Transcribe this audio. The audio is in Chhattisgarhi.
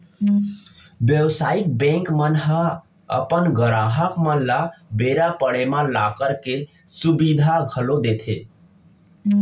बेवसायिक बेंक मन ह अपन गराहक मन ल बेरा पड़े म लॉकर के सुबिधा घलौ देथे